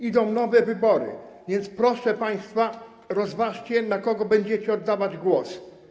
Idą nowe wybory, więc proszę państwa: rozważcie, na kogo będziecie oddawać głos.